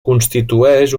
constitueix